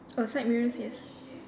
oh side mirrors yes